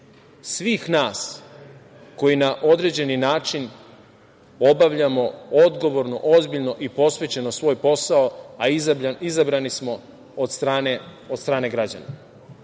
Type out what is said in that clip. svih nas koji na određeni način obavljamo odgovorno, ozbiljno i posvećeno svoj posao, a izabrani smo od strane građana,